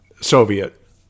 Soviet